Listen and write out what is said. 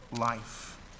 life